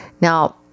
Now